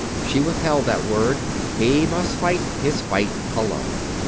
she withheld that word. he must fight his fight alone.